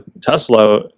Tesla